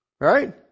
Right